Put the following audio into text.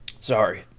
Sorry